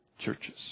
churches